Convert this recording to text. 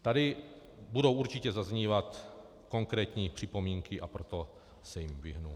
Tady budou určitě zaznívat konkrétní připomínky, a proto se jim vyhnu.